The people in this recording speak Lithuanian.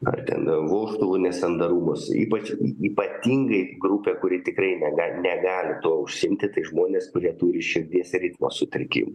ar ten vožtuvų nesandarumas ypač ypatingai grupė kuri tikrai negali negali tuo užsiimti tai žmonės kurie turi širdies ritmo sutrikimų